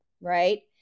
right